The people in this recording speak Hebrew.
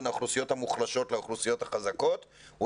בין האוכלוסיות המוחלשות לאוכלוסיות החזקות הוא